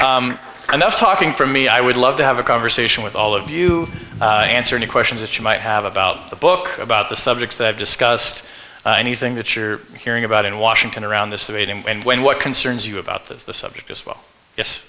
much and that's talking for me i would love to have a conversation with all of you answer any questions that you might have about the book about the subjects that i've discussed anything that you're hearing about in washington around the surveyed and when what concerns you about the subject as well